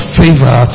favor